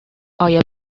آیا